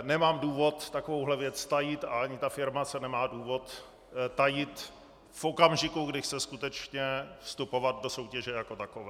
Nemám důvod takovou věc tajit a ani ta firma se nemá důvod tajit v okamžiku, kdy chce skutečně vstupovat do soutěže jako takové.